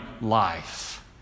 life